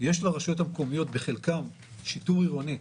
יש לרשויות המקומיות בחלקן שיטור עירוני.